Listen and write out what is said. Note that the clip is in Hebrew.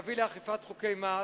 יביא לאכיפת חוקי מס,